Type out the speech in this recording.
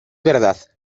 verdad